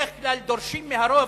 בדרך כלל דורשים מהרוב,